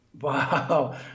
Wow